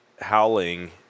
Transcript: howling